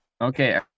okay